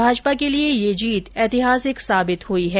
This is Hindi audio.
भाजपा के लिये ये जीत ऐतिहासिक साबित हुई है